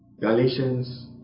Galatians